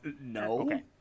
no